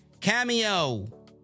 Cameo